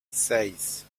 seis